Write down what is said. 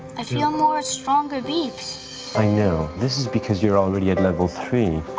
i feel more stronger beeps. i know this is because you're already at level three.